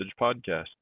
Podcast